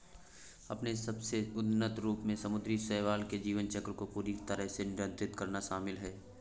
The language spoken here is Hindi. अपने सबसे उन्नत रूप में समुद्री शैवाल के जीवन चक्र को पूरी तरह से नियंत्रित करना शामिल है